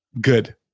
Good